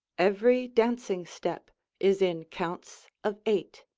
every dancing step is in counts of eight.